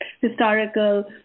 historical